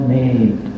made